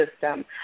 system